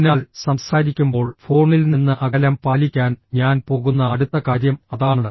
അതിനാൽ സംസാരിക്കുമ്പോൾ ഫോണിൽ നിന്ന് അകലം പാലിക്കാൻ ഞാൻ പോകുന്ന അടുത്ത കാര്യം അതാണ്